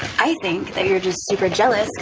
i think they are just super jealous.